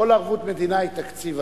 כל ערבות מדינה היא תקציב,